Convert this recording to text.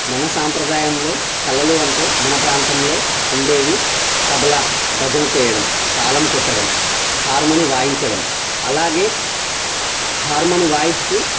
మన సాంప్రదాయంలో కళలు అంటే మన ప్రాంతంలో ఉండేవి తబలా భజన చేయడం తాళం కొట్టడం హార్మొనీ వాయించడం అలాగే హార్మొనీ వాయిస్తూ